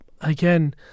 again